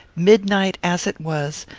midnight as it was,